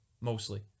Mostly